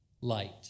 light